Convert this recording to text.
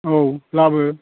औ लाबो